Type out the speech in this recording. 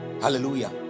hallelujah